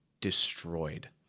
destroyed